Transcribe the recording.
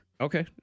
Okay